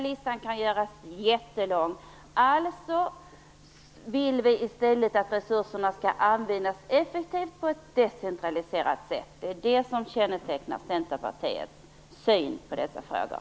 Listan kan göras jättelång. Alltså vill vi i stället att resurserna skall användas effektivt på ett decentraliserat sätt. Det är det som kännetecknar Centerpartiets syn på dessa frågor.